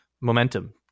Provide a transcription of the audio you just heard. momentum